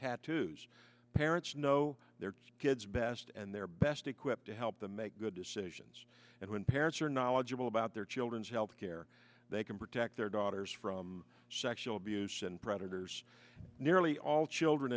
tattoos parents know their kids best and their best equipped to help them make good decisions and when parents are knowledgeable about their children's health care they can protect their daughters from sexual abuse and predators nearly all children